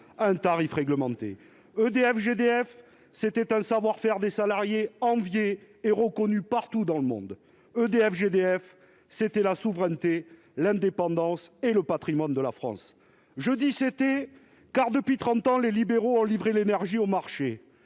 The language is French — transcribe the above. un tarif réglementé ; EDF-GDF, c'était un savoir-faire des salariés envié et reconnu partout dans le monde ; EDF-GDF, c'était la souveraineté, l'indépendance et le patrimoine de la France. « C'était », car, depuis trente ans, les libéraux ont livré l'énergie au marché.